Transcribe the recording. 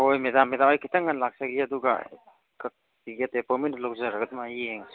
ꯍꯣꯏ madam madam ꯑꯩ ꯈꯤꯇꯪ ꯉꯟꯅ ꯂꯥꯛꯆꯒꯦ ꯑꯗꯨꯒ ꯑꯦꯄꯣꯏꯟꯃꯦꯟꯗꯨ ꯂꯧꯖꯔꯒ ꯑꯗꯨꯃꯥꯏꯅ ꯌꯦꯡꯁꯤ